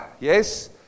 yes